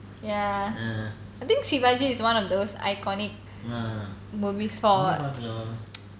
ya I think Sivaji is one of those iconic movies for